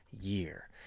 year